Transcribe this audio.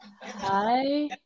hi